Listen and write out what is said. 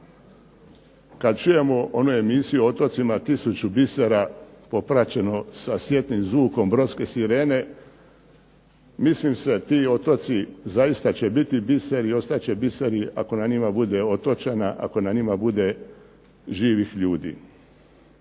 Kad čujemo onu emisiju o otocima tisuću bisera popraćeno sa sjetnim zvukom brodske sirene mislim se ti otoci zaista će biti biseri i ostat će biseri ako na njima bude otočana, ako na njima bude živih ljudi.